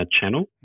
channel